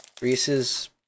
Reese's